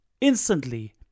instantly